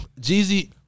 Jeezy